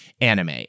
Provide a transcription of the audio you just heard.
anime